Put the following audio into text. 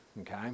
okay